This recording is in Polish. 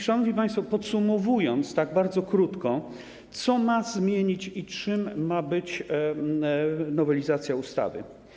Szanowni państwo, podsumuję tak bardzo krótko, co ma zmienić i czym ma być nowelizacja ustawy.